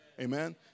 Amen